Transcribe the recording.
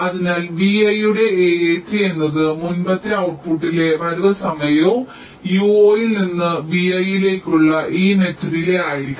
അതിനാൽ vi യുടെ AAT എന്നത് മുമ്പത്തെ ഔട്ട്പുട്ട്ടിലെ വരവ് സമയവും uo ൽ നിന്ന് vi ലേക്കുള്ള ഈ നെറ്റ് ഡിലേയ് ആയിരിക്കണം